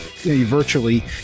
virtually